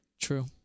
True